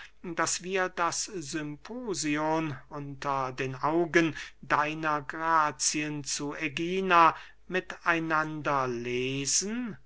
daß wir das symposion unter den augen deiner grazien zu ägina mit einander lesen